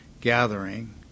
gathering